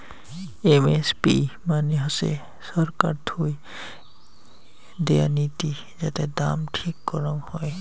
MSP মানে হসে ছরকার থুই দেয়া নীতি যাতে দাম ঠিক করং হই